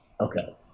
okay